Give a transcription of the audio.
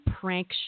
prank